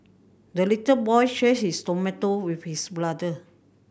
the little boy shared his tomato with his brother